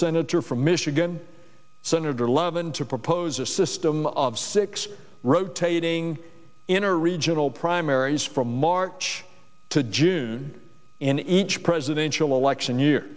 senator from michigan senator levin to propose a system of six rotating inner regional primaries from march to june in each presidential election year